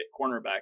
cornerback